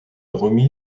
remit